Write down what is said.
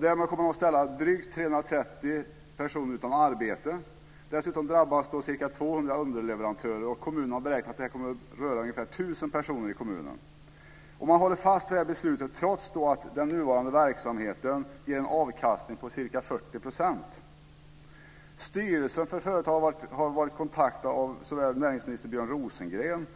Därmed kommer det att ställa drygt 330 personer utan arbete. Dessutom drabbas ca 200 underleverantörer. Kommunen har beräknat att det kommer att beröra ungefär 1 000 personer i kommunen. Företaget håller fast vid beslutet trots att den nuvarande verksamheten ger en avkastning på ca 40 %. Styrelsen för företaget har varit kontaktad av såväl näringsminister Björn Rosengren